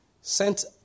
sent